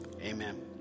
amen